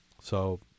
So-